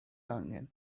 angen